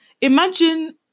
Imagine